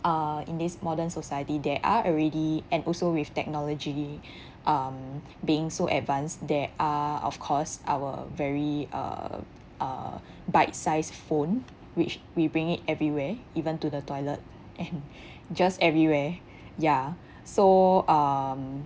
uh in this modern society there are already and also with technology um being so advanced there are of course our very uh uh bite sized phone which we bring it everywhere even to the toilet and just everywhere ya so um